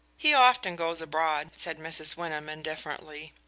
he often goes abroad, said mrs. wyndham indifferently.